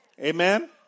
Amen